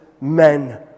men